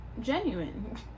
genuine